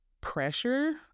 pressure